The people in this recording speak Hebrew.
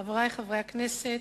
חברי חברי הכנסת,